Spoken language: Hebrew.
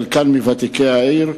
חלקן מוותיקי העיר,